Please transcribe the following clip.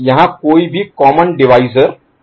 यहाँ कोई भी कॉमन डिवीज़र नहीं है